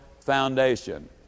foundation